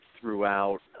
throughout